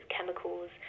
chemicals